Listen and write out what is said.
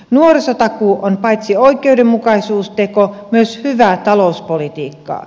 nuorisotakuu on paitsi oikeudenmukaisuusteko myös hyvää talouspolitiikkaa